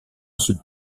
sul